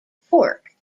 fork